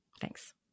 Thanks